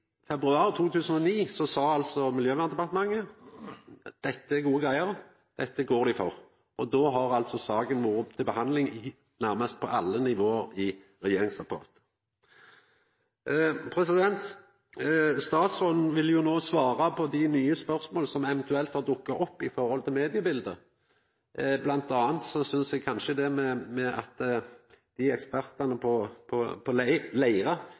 februar 2009 sa altså Miljøverndepartementet at dette er gode greier, dette går dei for, og då har altså saka vore oppe til behandling nærmast på alle nivå i regjeringsapparatet. Statsråden vil no svara på dei nye spørsmåla som eventuelt har dukka opp i mediebiletet. Blant anna synest eg kanskje at det at ekspertane på